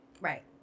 Right